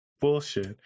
bullshit